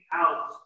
out